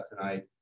tonight